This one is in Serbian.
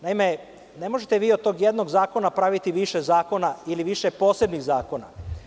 Naime, ne možete vi od tog jednog zakona praviti više zakona ili više posebnih zakona.